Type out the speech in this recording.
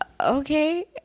okay